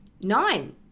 Nine